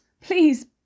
please